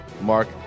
Mark